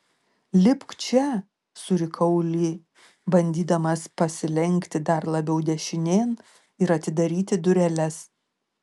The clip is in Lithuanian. lipk čia surikau li bandydamas pasilenkti dar labiau dešinėn ir atidaryti dureles